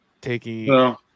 taking